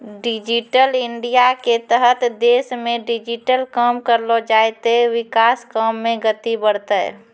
digital इंडियाके तहत देशमे डिजिटली काम करलो जाय ते विकास काम मे गति बढ़तै